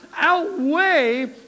outweigh